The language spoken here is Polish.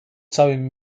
całym